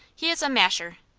he is a masher.